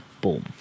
Boom